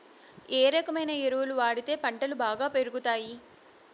ఏ రకమైన ఎరువులు వాడితే పంటలు బాగా పెరుగుతాయి?